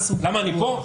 למה אני פה?